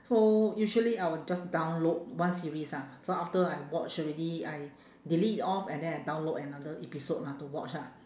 so usually I will just download one series ah so after I watch already I delete it off and then I download another episode lah to watch ah